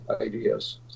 ideas